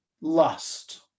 lust